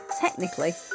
technically